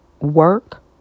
work